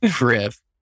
riff